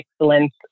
excellence